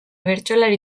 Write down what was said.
bertsolari